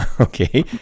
Okay